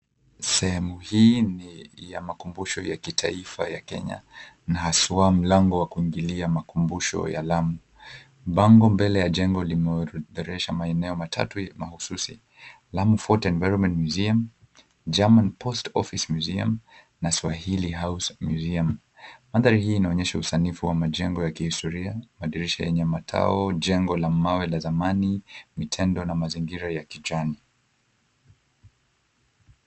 Sehemu hii ni ya makumbusho ya kitaifa ya Kenya na haswa mlango wa kuingilia makumbusho ya Lamu. Bango mbele ya jengo limeorodhesha maeneo matatu mahususi: Lamu Fort Environment Museum, German Post Office Museum, na Swahili House Museum. Mandhari hii inaonyesha usanifu wa majengo ya kihistoria, madirisha yenye matao, jengo la mawe la zamani, mitende na mazingira ya kijani.